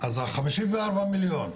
אז ה-54 מיליון,